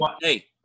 hey